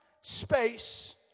space